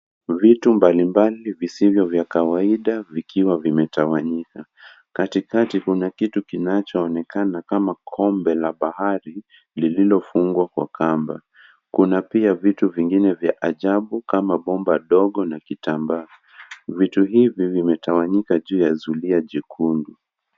Vitu mbali mbali visivyo vya kawaida, vikiwa vimetawanyika. Kati kati kuna kitu kinachoonekana kama kombe la bahari, lililofungwa kwa kamba. Kuna pia vitu vingine vya ajabu kama bomba ndogo na kitambaa. Vitu hivi vimetawanyika juu ya zulia jekundu.